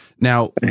Now